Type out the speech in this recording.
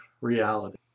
reality